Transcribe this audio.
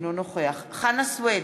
אינו נוכח חנא סוייד,